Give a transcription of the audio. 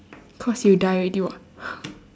cause you die already [what]